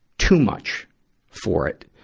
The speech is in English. too much for it.